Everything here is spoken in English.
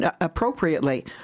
appropriately